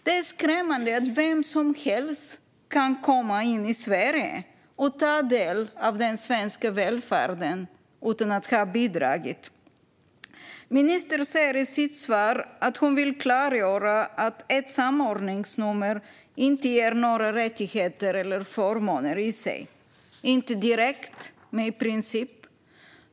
Det är skrämmande att vem som helst kan komma in i Sverige och ta del av den svenska välfärden utan att ha bidragit. Ministern säger i sitt interpellationssvar att hon vill "klargöra att ett samordningsnummer inte ger några rättigheter eller förmåner i sig". Nej, inte direkt, men i princip.